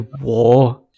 war